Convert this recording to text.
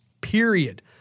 Period